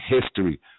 History